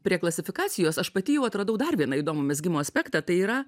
prie klasifikacijos aš pati jau atradau dar vieną įdomų mezgimo aspektą tai yra